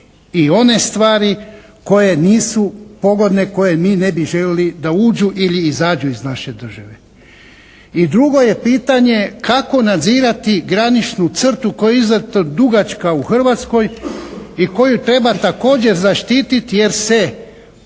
i one stvari koje nisu pogodne koje mi ne bi željeli da uđu ili izađu iz naše države. I drugo je pitanje kako nadzirati graničnu crtu koja je izuzetno dugačka u Hrvatskoj i koju treba također zaštiti jer se